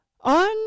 On